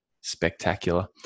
spectacular